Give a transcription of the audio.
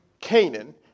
Canaan